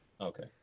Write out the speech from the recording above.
Okay